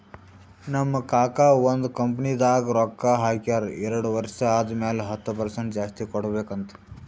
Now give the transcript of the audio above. ನಮ್ ಕಾಕಾ ಒಂದ್ ಕಂಪನಿದಾಗ್ ರೊಕ್ಕಾ ಹಾಕ್ಯಾರ್ ಎರಡು ವರ್ಷ ಆದಮ್ಯಾಲ ಹತ್ತ್ ಪರ್ಸೆಂಟ್ ಜಾಸ್ತಿ ಕೊಡ್ಬೇಕ್ ಅಂತ್